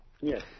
Yes